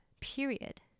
period